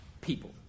people